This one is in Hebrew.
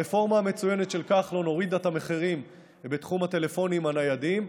הרפורמה המצוינת של כחלון הורידה את המחירים בתחום הטלפונים הניידים,